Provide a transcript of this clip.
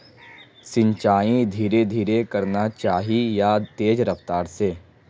सिंचाई धीरे धीरे करना चही या तेज रफ्तार से?